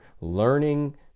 learning